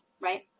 right